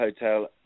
hotel